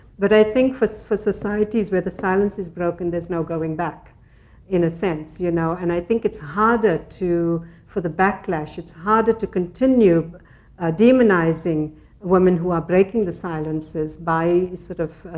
but i think for so for societies where the silence is broken, there's no going back in a sense, you know? and i think it's harder to for the backlash. it's harder to continue demonizing women who are breaking the silences silences by, sort of,